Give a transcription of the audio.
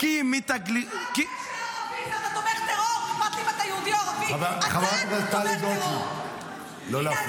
ככה זה במדינה --- חבר הכנסת שמחה רוטמן, לא.